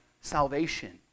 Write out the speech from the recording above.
salvation